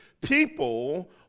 people